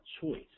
choice